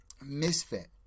Misfit